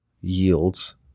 yields